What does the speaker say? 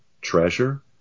treasure